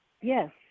Yes